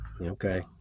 Okay